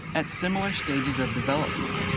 at similar stages of development.